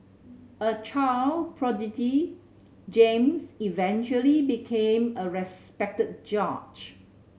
a child prodigy James eventually became a respected judge